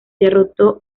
derrotó